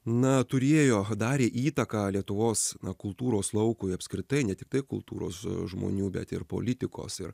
na turėjo darė įtaką lietuvos kultūros laukui apskritai ne tiktai kultūros žmonių bet ir politikos ir